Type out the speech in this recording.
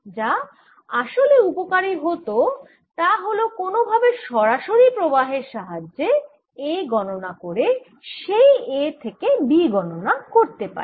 যা আসলে উপকারি হতো তা হল কোন ভাবে সরাসরি প্রবাহের সাহায্যে A গণনা করে সেই A থেকে B গণনা করতে পারলে